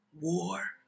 war